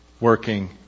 working